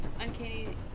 Uncanny